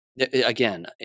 Again